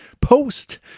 post